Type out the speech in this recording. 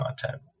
content